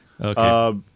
Okay